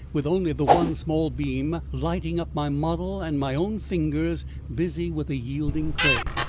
with only the one small beam lighting up my model and my own fingers busy with the yielding clay.